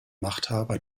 machthaber